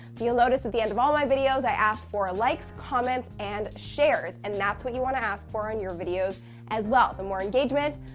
you'll notice at the end of all my videos i ask for likes, comments and shares. and that's what you want to ask for on your videos as well. the more engagement,